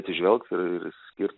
atsižvelgt ir ir skirt